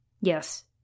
Yes